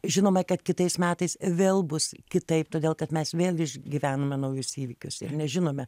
žinome kad kitais metais vėl bus kitaip todėl kad mes vėl išgyvename naujus įvykius ir nežinome